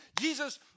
Jesus